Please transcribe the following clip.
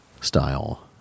style